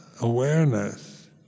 awareness